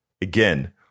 Again